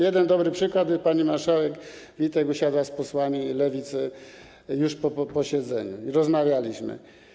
Jeden dobry przykład: pani marszałek Witek usiadła z posłami Lewicy już po posiedzeniu i rozmawialiśmy.